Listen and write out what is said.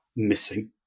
missing